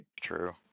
true